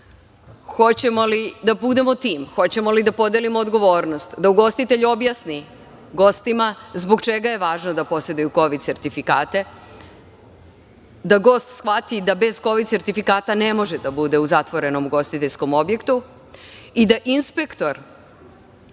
Hoćemo li da budemo tim? Hoćemo li da podelimo odgovornost, da ugostitelj objasni gostima zbog čega je važno da poseduju kovid sertifikate, da gost shvati da bez kovid sertifikata ne može da bude u zatvorenom ugostiteljskom objektu i da inspektor